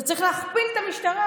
אתה צריך להכפיל את המשטרה?